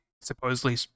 supposedly